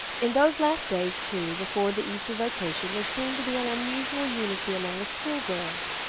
in those last days, too, before the easter vacation there seemed to be an unusual unity among the schoolgirls.